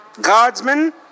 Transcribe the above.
Guardsmen